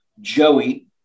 Joey